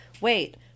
wait